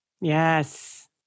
Yes